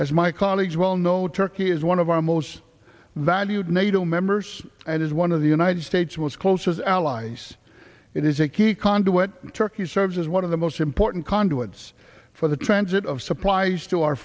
as my colleagues well know turkey is one of our most valued nato members and is one of the united states was closest allies it is a key conduit to turkey serves as one of the most important conduits for the transit of supplies to our